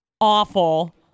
awful